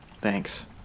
Thanks